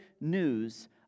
news